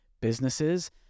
businesses